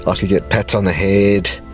but get pats on the head,